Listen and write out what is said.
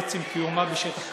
עצם קיומה בשטח כבוש.